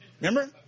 Remember